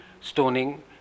stoning